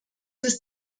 ist